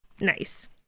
nice